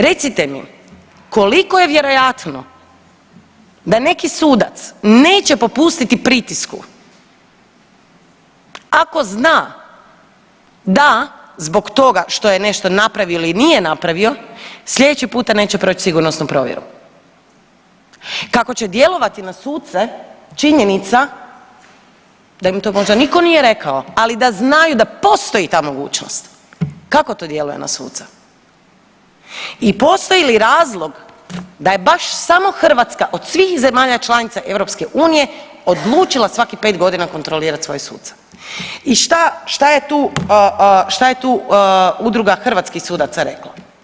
Recite mi koliko je vjerojatno da neki sudac neće popustiti pritisku ako zna da zbog toga što je nešto napravili ili nije napravio slijedeći puta neće proć sigurnosnu provjeru, kako će djelovati na suce činjenica da im to možda niko nije rekao, ali da znaju da postoji ta mogućnost, kako to djeluje na suca i postoji li razlog da je baš samo Hrvatska od svih zemalja članica EU odlučila svakih 5.g. kontrolirat svoje suce i šta, šta je tu, šta je tu udruga hrvatskih sudaca rekla?